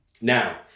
Now